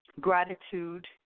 gratitude